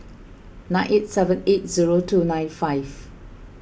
nine eight seven eight zero two nine five